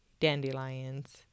dandelions